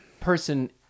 person